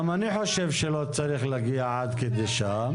גם אני חושב שלא צריך להגיע עד שם.